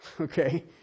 Okay